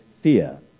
fear